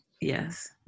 Yes